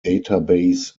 database